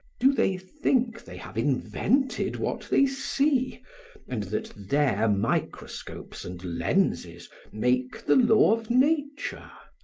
do they think they have invented what they see and that their microscopes and lenses make the law of nature?